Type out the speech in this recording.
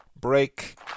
break